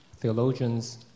theologians